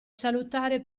salutare